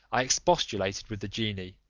i expostulated with the genie,